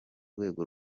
rwego